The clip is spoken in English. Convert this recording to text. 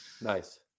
Nice